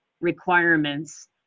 requirements